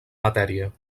matèria